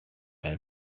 hell